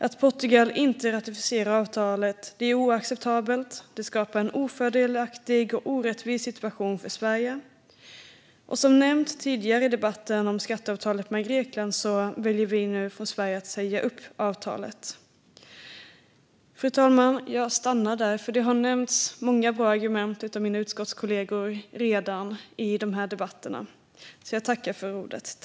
Att Portugal inte ratificerar är oacceptabelt. Det skapar en ofördelaktig och orättvis situation för Sverige. Liksom skatteavtalet med Grekland, som nämnts tidigare i debatten, väljer Sverige nu att säga upp detta avtal. Fru talman! Jag stannar där, för mina utskottskollegor har redan nämnt många bra argument i de här debatterna. Jag tackar för ordet.